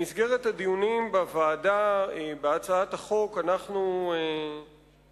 במסגרת הדיונים בוועדה בהצעת החוק אנחנו נשקול,